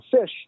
fish